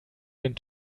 den